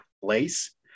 place